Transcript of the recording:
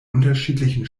unterschiedlichen